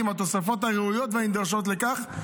עם התוספות הראויות והנדרשות לכך.